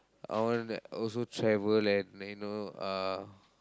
I wanna also travel and and you know uh